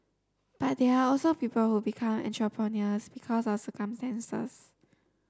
but there are also people who become entrepreneurs because of circumstances